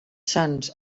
sants